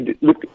Look